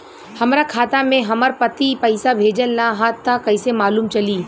हमरा खाता में हमर पति पइसा भेजल न ह त कइसे मालूम चलि?